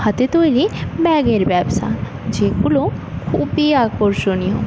হাতে তৈরি ব্যাগের ব্যবসা যেগুলো খুবই আকর্ষণীয়